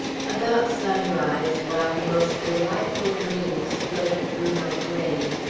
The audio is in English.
about sunrise, while the most delightful dreams floated through my brain,